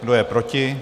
Kdo je proti?